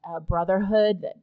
brotherhood